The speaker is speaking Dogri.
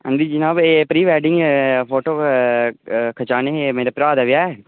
हां जी जनाब एह् प्री वेडिंग फोटो खचाने हे मेरे भ्राऽ दा ब्याह् ऐ